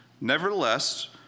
Nevertheless